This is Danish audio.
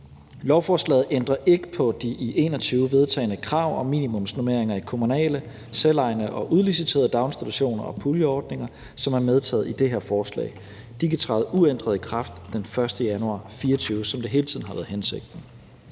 Lovforslaget ændrer ikke på de i 2021 vedtagne krav om minimumsnormeringer i kommunale, selvejende og udliciterede daginstitutioner og puljeordninger, som er medtaget i det her forslag. De kan træde uændret i kraft den 1. januar 2024, som det hele tiden har været hensigten.